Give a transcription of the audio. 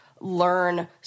learn